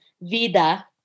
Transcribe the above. Vida